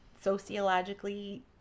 sociologically